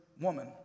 Woman